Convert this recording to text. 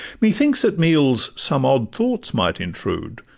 methinks at meals some odd thoughts might intrude,